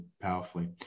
powerfully